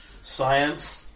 Science